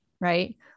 right